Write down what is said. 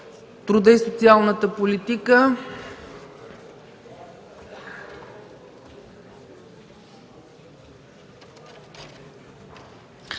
труда и социалната политика,